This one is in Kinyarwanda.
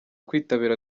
kwitabira